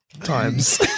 times